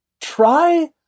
try